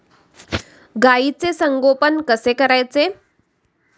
गाईचे संगोपन कसे करायचे?